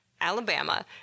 Alabama